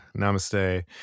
Namaste